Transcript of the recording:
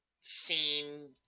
seen